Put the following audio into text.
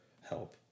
help